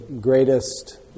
greatest